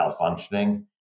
malfunctioning